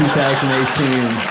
and eighteen.